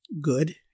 good